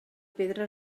pedra